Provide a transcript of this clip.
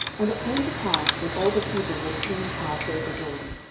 and it came to pass, when all the people were clean passed over jordan,